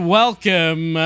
welcome